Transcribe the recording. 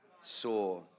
saw